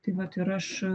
tai vat ir aš